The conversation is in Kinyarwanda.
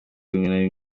dushobora